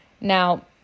Now